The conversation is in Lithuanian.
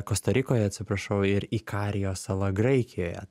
kosta rikoje atsiprašau ir ikarijo sala graikijoje